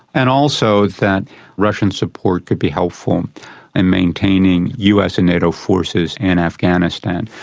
and also that russian support could be helpful um in maintaining us and nato forces in afghanistan.